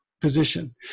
position